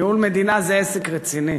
ניהול מדינה זה עסק רציני,